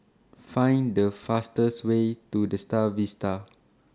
Find The fastest Way to The STAR Vista